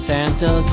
Santa